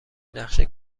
نقشه